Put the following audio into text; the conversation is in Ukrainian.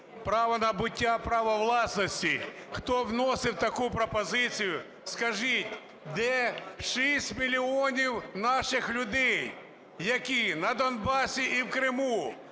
право набуття, право власності. Хто вносив таку пропозицію, скажіть, де 6 мільйонів наших людей, які на Донбасі і в Криму.